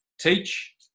teach